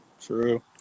True